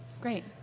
Great